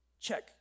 check